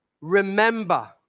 remember